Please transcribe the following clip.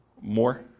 More